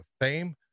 fame